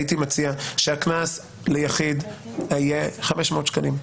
הייתי מציע שהקנס ליחיד יהיה 500 שקלים,